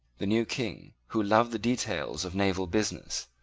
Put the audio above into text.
the new king, who loved the details of naval business,